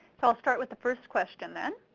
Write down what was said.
so ill start with the first question then.